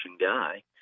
guy